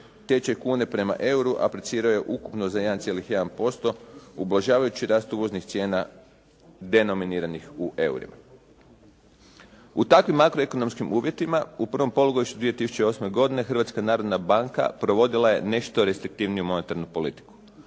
tečaj kune prema euru aprecirao je ukupno za 1,1% ublažavajući rast uvoznih cijena denominiranih u eurima. U takvim makroekonomskim uvjetima u prvom polugodištu 2008. godine Hrvatska narodna banka provodila je nešto restriktivniju monetarnu politiku.